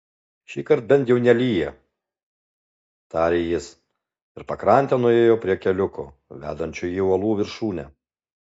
šįkart bent jau nelyja tarė jis ir pakrante nuėjo prie keliuko vedančio į uolų viršūnę